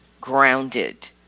grounded